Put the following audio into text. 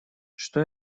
что